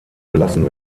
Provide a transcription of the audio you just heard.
belassen